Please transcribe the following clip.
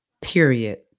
period